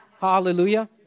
Hallelujah